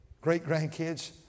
great-grandkids